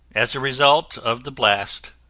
as a result of the blast,